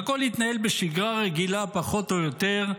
והכול יתנהל בשגרה רגילה פחות או יותר,